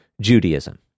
Judaism